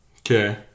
Okay